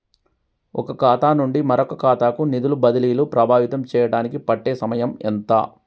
ఒక ఖాతా నుండి మరొక ఖాతా కు నిధులు బదిలీలు ప్రభావితం చేయటానికి పట్టే సమయం ఎంత?